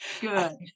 Good